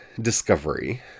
Discovery